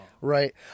right